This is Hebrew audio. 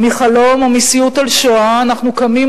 מחלום או מסיוט על השואה אנחנו קמים,